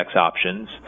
options